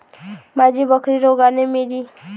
माझी बकरी रोगाने मेली